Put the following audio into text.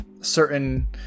certain